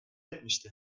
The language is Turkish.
etmişti